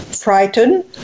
frightened